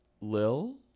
Lil